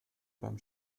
beim